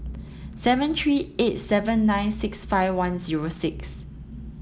seven three eight seven nine six five one zero six